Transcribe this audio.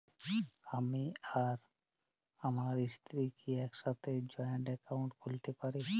আমি আর আমার স্ত্রী কি একসাথে জয়েন্ট অ্যাকাউন্ট খুলতে পারি?